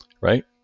right